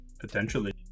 Potentially